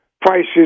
prices